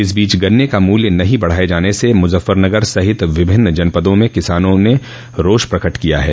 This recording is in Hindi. इस बीच गन्ने का मूल्य नहीं बढ़ाये जाने से मुजफ्फरनगर सहित विभिन्न जनपदों में किसानों ने रोष प्रकट किया है